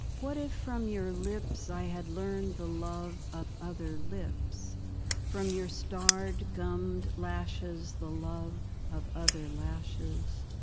what if from your lips i had learned the love of other lips from your starred, gummed lashes the love of other lashes,